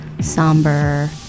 somber